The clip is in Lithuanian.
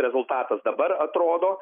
rezultatas dabar atrodo